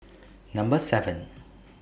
Number seven